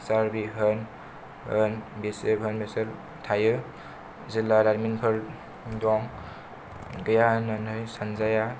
सार्भि होन ओन बिसोर एसेबां थायो जिल्ला लाइमोनफोर दं गैया होननानै सानजाया